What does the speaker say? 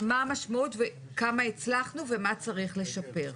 מה המשמעות וכמה הצלחנו ומה צריך לשפר.